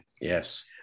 Yes